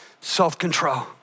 self-control